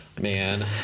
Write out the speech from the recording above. man